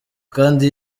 kandi